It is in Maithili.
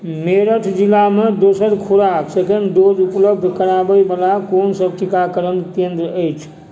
मेरठ जिलामे दोसर खुराक सेकेण्ड डोज उपलब्ध कराबय बला कोन सभ टीकाकरण केंद्र अछि